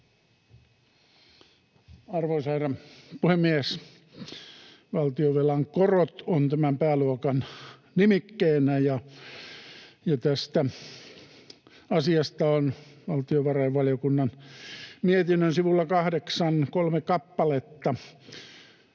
Arvoisa herra puhemies! Valtionvelan korot on tämän pääluokan nimikkeenä, ja tästä asiasta on valtiovarainvaliokunnan mietinnön sivulla 8 kolme kappaletta.